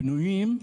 בנויים,